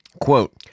Quote